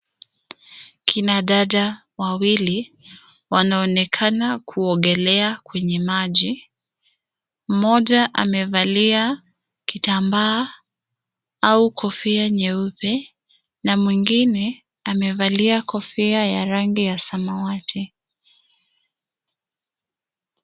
Kinadada, wawili, wanaonekana kuogelea kwenye maji. Mmoja amevalia, kitambaa, au kofia nyeupe, na mwingine, amevalia kofia ya rangi ya samawati.